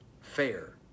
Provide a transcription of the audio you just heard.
fair